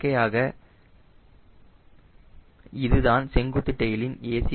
இயற்கையாக இதுதான் செங்குத்து செயலின் a